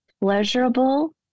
pleasurable